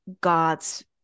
God's